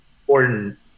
important